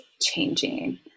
changing